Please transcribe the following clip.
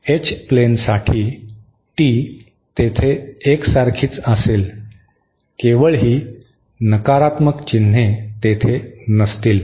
H प्लेनसाठी T तेथे एकसारखीच असेल केवळ ही नकारात्मक चिन्हे तेथे नसतील